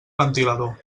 ventilador